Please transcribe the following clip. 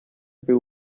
every